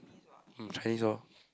um Chinese hor